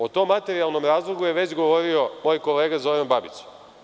O tom materijalnom razlogu je već govorio moj kolega Zoran Babić.